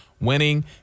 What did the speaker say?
winning